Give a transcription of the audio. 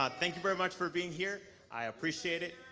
ah thank you very much for being here, i appreciate it.